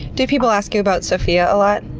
do people ask you about sophia a lot?